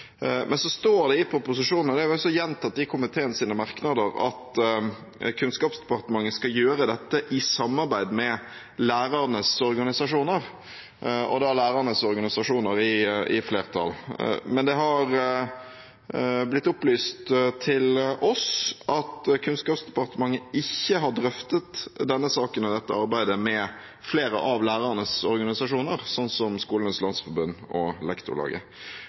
Men så står det i proposisjonen, og det har også vært gjentatt i komiteens merknader, at Kunnskapsdepartementet skal gjøre dette «i samarbeid med lærernes organisasjoner» – og «lærernes organisasjoner» i flertall. Men det har blitt opplyst til oss at Kunnskapsdepartementet ikke har drøftet denne saken og dette arbeidet med flere av lærernes organisasjoner, som Skolenes landsforbund og Lektorlaget.